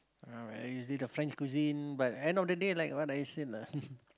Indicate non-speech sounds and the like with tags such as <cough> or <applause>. ah but usually the French cuisine but end of the day like what I said lah <laughs>